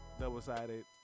double-sided